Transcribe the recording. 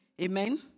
Amen